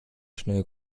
schnell